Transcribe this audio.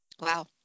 Wow